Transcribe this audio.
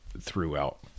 throughout